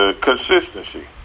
consistency